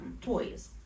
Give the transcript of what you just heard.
toys